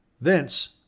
thence